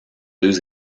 deux